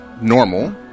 Normal